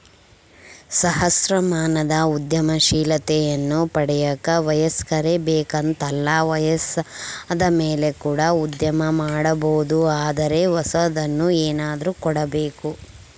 ಸಹಸ್ರಮಾನದ ಉದ್ಯಮಶೀಲತೆಯನ್ನ ಪಡೆಯಕ ವಯಸ್ಕರೇ ಬೇಕೆಂತಲ್ಲ ವಯಸ್ಸಾದಮೇಲೆ ಕೂಡ ಉದ್ಯಮ ಮಾಡಬೊದು ಆದರೆ ಹೊಸದನ್ನು ಏನಾದ್ರು ಕೊಡಬೇಕು